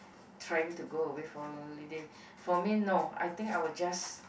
trying to go away for holiday for me no I think I'll just